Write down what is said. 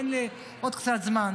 תן לי עוד קצת זמן.